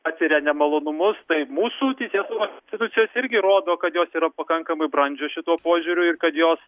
patiria nemalonumus tai mūsų teisėsaugos institucijos irgi rodo kad jos yra pakankamai brandžios šituo požiūriu ir kad jos